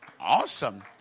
Awesome